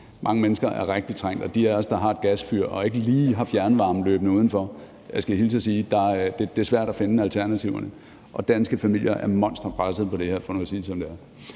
Mange mennesker er rigtig trængt, og fra de af os, der har et gasfyr og ikke lige har fjernvarme løbende udenfor, skal jeg hilse og sige, at det er svært at finde alternativerne. Danske familier er monsterpresset på det her område, for nu at sige det, som det er.